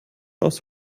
aus